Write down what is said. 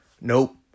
Nope